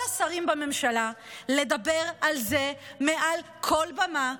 השרים בממשלה לדבר על זה מעל כל במה,